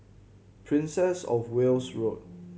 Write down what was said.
Princess Of Wales Road